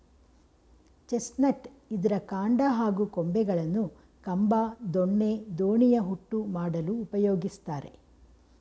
chestnut ಇದ್ರ ಕಾಂಡ ಹಾಗೂ ಕೊಂಬೆಗಳನ್ನು ಕಂಬ ದೊಣ್ಣೆ ದೋಣಿಯ ಹುಟ್ಟು ಮಾಡಲು ಉಪಯೋಗಿಸ್ತಾರೆ